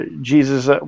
Jesus –